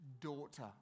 daughter